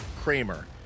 Kramer